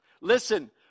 Listen